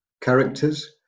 Characters